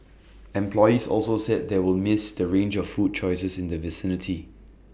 employees also said they will miss the range of food choices in the vicinity